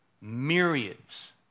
Myriads